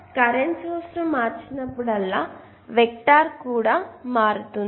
కాబట్టి కరెంట్ సోర్స్ను మార్చినప్పుడల్లా సోర్స్ వెక్టర్ మారుతుంది